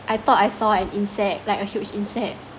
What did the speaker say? I thought I saw an insect like a huge insect